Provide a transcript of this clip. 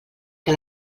que